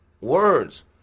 Words